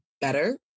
better